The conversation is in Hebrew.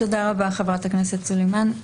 תודה רבה חברת הכנסת סליאמן.